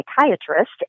psychiatrist